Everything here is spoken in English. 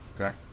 okay